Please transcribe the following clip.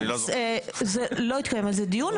לא נתקיים דיון,